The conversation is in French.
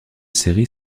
série